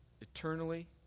eternally